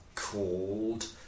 called